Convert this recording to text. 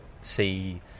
see